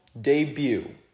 debut